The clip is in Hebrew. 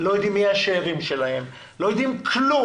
לא יודעים מי השאירים שלהם, לא יודעים כלום.